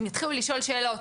הם יתחילו לשאול שאלות.